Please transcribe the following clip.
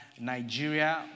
Nigeria